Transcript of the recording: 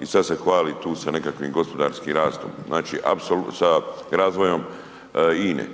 i sada se hvali tu sa nekakvim gospodarskim rastom, znači apsolutno, sa razvojem INA-e.